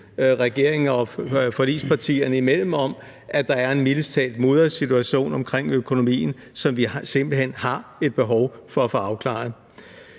regeringen og forligspartierne imellem om, at der er en mildest talt mudret situation omkring økonomien, som vi simpelt hen har et behov for at få afklaret.